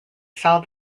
sell